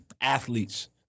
athletes